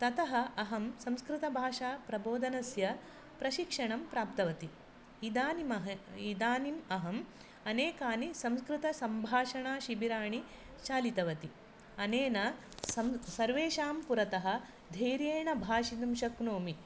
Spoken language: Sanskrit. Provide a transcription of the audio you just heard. ततः अहं संस्कृतभाषाप्रबोधनस्य प्रशिक्षणं प्राप्तवती इदानीमहम् इदानीम् अहम् अनेकानि संस्कृतसम्भाषणाशिबिराणि चालितवती अनेन सं सर्वेषां पुरतः धैर्येण भाषितुं शक्नोमि